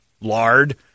Lard